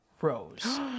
Rose